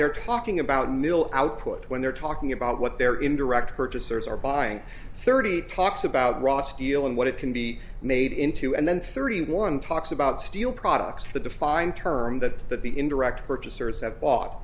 they're talking about middle output when they're talking about what they're in direct purchasers are buying thirty talks about raw steel and what it can be made into and then thirty one talks about steel products the defined term that that the indirect purchasers have bought